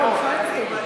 לא, לך אין הסתייגות.